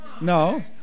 No